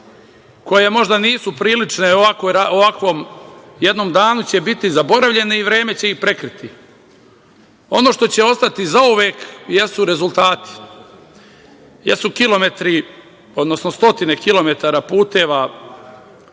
koje možda nisu prilične ovakvom jednom danu, će biti zaboravljene i vreme će ih prekriti. Ono što će ostati zauvek jesu rezultati, jesu kilometri, odnosno stotine kilometara puteva,